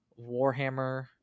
Warhammer